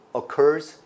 occurs